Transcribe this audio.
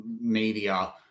media